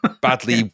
badly